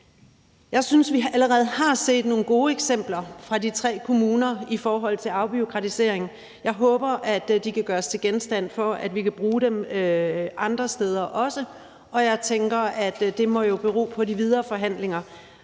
Jeg synes, vi allerede har set nogle gode eksempler fra de tre kommuner i forhold til afbureaukratisering. Jeg håber, at de kan gøres til genstand for, at vi kan bruge dem andre steder også, og jeg tænker, at det jo må bero på de videre forhandlinger.